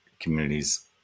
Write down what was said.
communities